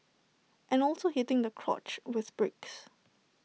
and also hitting the crotch with bricks